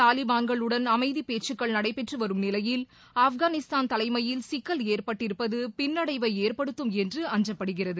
தாலிபன்களுடன் அமைதிபேச்சுக்கள் நடைபெற்றுவரும் நிலையில் அப்கானிஸ்தான் தலைமையில் சிக்கல் ஏற்பட்டிருப்பதுபின்னடைவைஏற்படுத்தும் என்று அஞ்சப்படுகிறது